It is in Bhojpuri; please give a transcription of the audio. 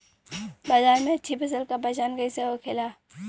बाजार में अच्छी फसल का पहचान कैसे होखेला?